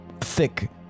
thick